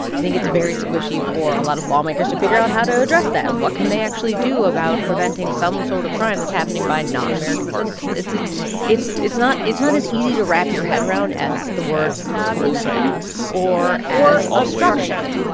i think it's very squishy for a lot of lawmakers to figure out how to address that. what can they actually do about preventing some sort of crime that's happening by non-american citizens? it's it's not it's not as easy to wrap your head around as the word collusion or as obstruction